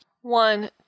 One